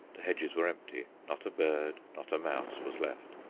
the hedges were empty not a bird, not a mouse was left.